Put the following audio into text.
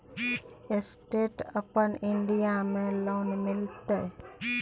Stand अपन India में loan मिलते?